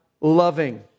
loving